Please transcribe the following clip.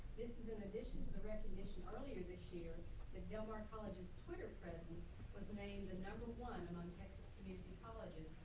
this is in addition to the recognition earlier this year that del mar college's twitter presence was named the number one among texas community colleges,